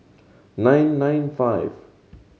nine nine five